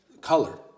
color